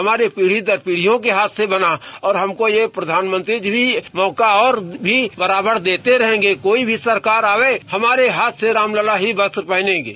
हमारे पीढ़ी पर पीड़ियों के हाथ से बना और हमको प्रधानमंत्री जी मौक और भी बराबर देते रहेंगे कोई भी सरकार आवे हमारे हाथ से रामलला वस्त्र पहनेंगे